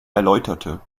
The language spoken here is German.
erläuterte